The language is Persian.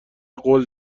قول